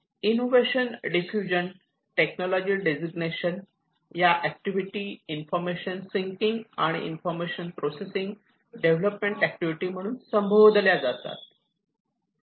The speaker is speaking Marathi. इनोवेशन डिफ्युजन टेक्नॉलॉजी डेसिग्नेशन या activity information sinking and information processing development activity म्हणून संबोधल्या जातात